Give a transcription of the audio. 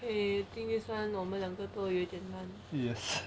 think this [one] 我们两个都有点 none